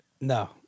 No